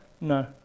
No